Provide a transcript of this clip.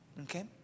Okay